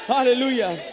Hallelujah